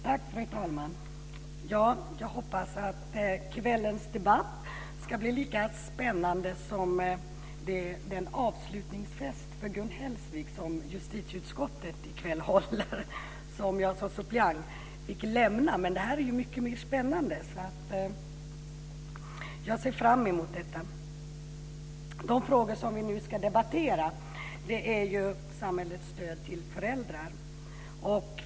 Fru talman! Jag hoppas att kvällens debatt ska bli lika spännande som den avslutningsfest för Gun Hellsvik som justitieutskottet i kväll håller och som jag som suppleant fick lämna. Men det här är ju mycket spännande, så jag ser fram emot det. Det vi nu ska debattera är samhällets stöd till föräldrar.